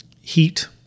heat